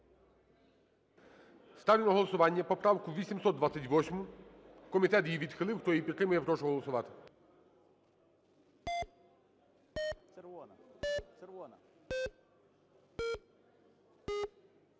Ставлю на голосування поправку 828, комітет її відхилив. Хто її підтримує, прошу голосувати.